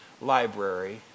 library